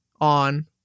on